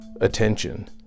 attention